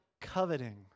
coveting